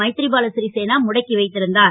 மைத் ரி பாலா சிரிசேனா முடக்கி வைத் ருந்தார்